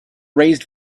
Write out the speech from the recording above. raised